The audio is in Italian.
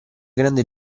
grande